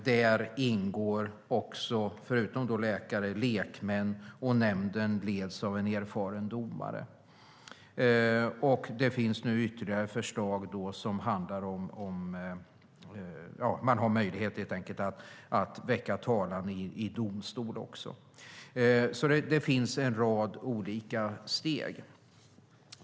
Där ingår förutom läkare också lekmän, och nämnden leds av en erfaren domare. Det finns nu ytterligare förslag som handlar om att man ska ha möjlighet att också väcka talan i domstol. Det finns alltså en rad olika steg.